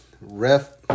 ref